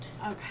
Okay